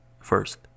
first